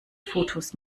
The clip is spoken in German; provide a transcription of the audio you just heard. fotos